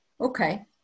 Okay